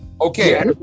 Okay